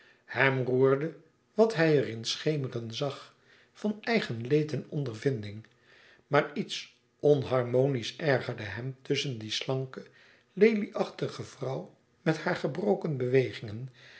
hem roerde wat hij er in schemeren zag van eigen leed en ondervinding maar iets onharmonisch ergerde hem tusschen die slanke lelieachtige vrouw met hare gebroken bewegingen